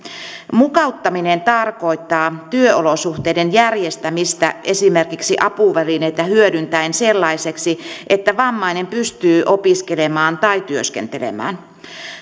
mukauttaminen tarkoittaa työolosuhteiden järjestämistä esimerkiksi apuvälineitä hyödyntäen sellaiseksi että vammainen pystyy opiskelemaan tai työskentelemään